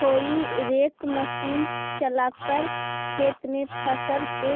हेई rake machine चलाकर खेत में फसल के